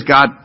God